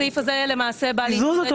הסעיף הזה למעשה בא להתייחס,